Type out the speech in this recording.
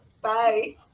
bye